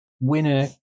winner